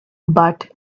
but